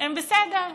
הם בסדר,